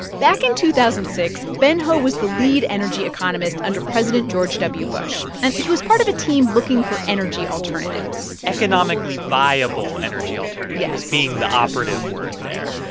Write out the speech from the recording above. back in two thousand and six, ben ho was the lead energy economist under president george w. bush, and he was part of a team looking for energy alternatives economically viable energy alternatives. yes. being the operative word there.